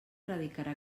radicarà